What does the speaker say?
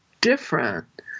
different